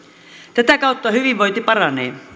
tätä kautta hyvinvointi paranee